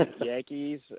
Yankees